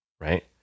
Right